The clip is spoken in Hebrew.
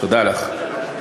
תודה לך.